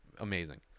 Amazing